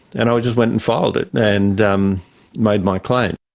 and i just went and filed it, and um made my claim.